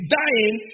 dying